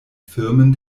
firmen